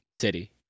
city